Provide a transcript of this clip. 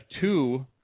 two